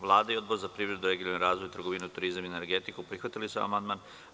Vlada i Odbor za privredu, regionalni razvoj, trgovinu, turizam i energetiku prihvatili su amandman.